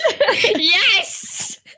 Yes